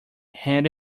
hand